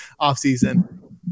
offseason